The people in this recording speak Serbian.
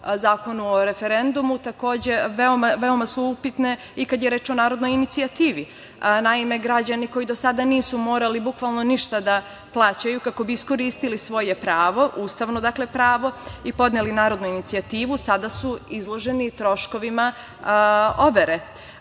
Zakonu o referendumu, takođe su veoma upitne i kada je reč o narodnoj inicijativi. Naime, građani koji do sada nisu morali bukvalno ništa da plaćaju kako bi iskoristili svoje pravo, ustavno dakle pravo, i podneli narodnu inicijativu, sada su izloženi troškovima overe.